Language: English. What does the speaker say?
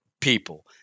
people